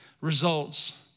results